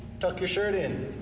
tuck your shirt in.